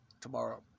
tomorrow